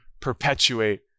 perpetuate